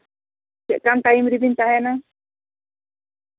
ᱪᱮᱫᱠᱟᱱ time ᱨᱮᱵᱮᱱ ᱛᱟᱦᱮᱱᱟ